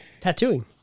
tattooing